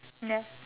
ya